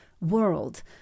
world